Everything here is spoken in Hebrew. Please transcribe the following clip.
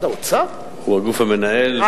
מקווה, אולי יהיו הפתעות והשלום גם יגיע.